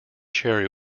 cherry